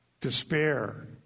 despair